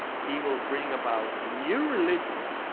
he will bring about a new religion